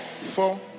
four